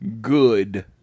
good